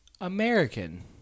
American